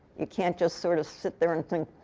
you can't just sort of sit there and think,